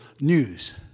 news